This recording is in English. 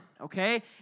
okay